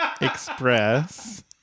Express